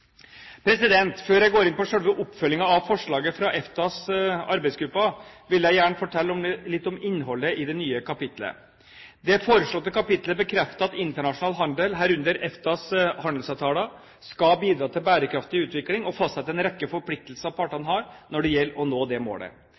Før jeg går inn på selve oppfølgingen av forslaget fra EFTAs arbeidsgruppe, vil jeg gjerne fortelle litt om innholdet i det nye kapitlet. Det foreslåtte kapitlet bekrefter at internasjonal handel, herunder EFTAs handelsavtaler, skal bidra til bærekraftig utvikling, og fastsetter en rekke forpliktelser partene har når det gjelder å nå dette målet.